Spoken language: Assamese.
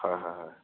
হয় হয় হয়